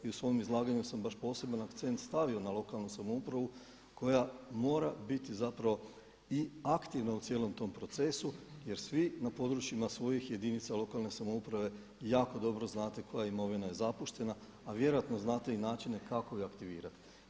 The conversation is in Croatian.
I u svom izlaganju sam baš poseban akcent stavio na lokalnu samoupravu koja mora biti zapravo i aktivna u cijelom tom procesu jer svi na područjima svojih jedinica lokalne samouprave jako dobro znate koja imovina je zapuštena a vjerojatno znate i načine kako je aktivirati.